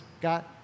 got